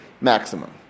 maximum